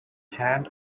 hand